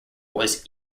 was